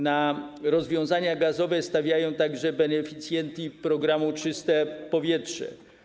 Na rozwiązania gazowe stawiają także beneficjenci programu „Czyste powietrze”